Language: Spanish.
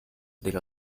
del